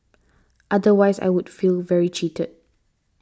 otherwise I would feel very cheated